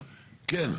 כן.